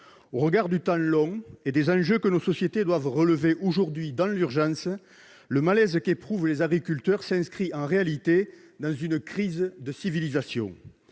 Au regard du temps long et des enjeux que nos sociétés doivent relever aujourd'hui dans l'urgence, le malaise qu'éprouvent les agriculteurs s'inscrit en réalité dans une crise de civilisation.